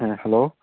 hello